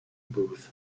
booth